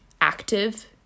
active